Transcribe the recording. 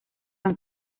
amb